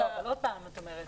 לא, אבל עוד פעם את אומרת.